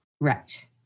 Right